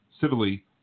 civilly